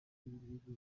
y’ibihugu